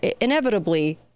inevitably